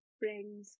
friends